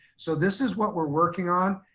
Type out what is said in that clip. so this is what we're working on.